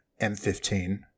M15